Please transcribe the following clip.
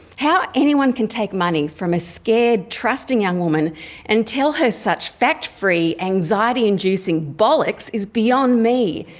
how anyone can take money from a scared, trusting young woman and tell her such fact-free anxiety-inducing bollocks is beyond me.